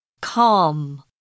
Calm